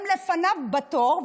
הם לפניו בתור,